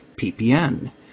PPN